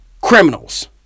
criminals